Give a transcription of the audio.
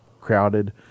crowded